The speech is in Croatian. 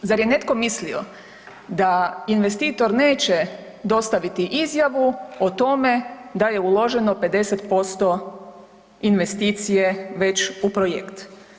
Zar je netko mislio da investitor neće dostaviti izjavu o tome da je uloženo 50% investicije već u projekt?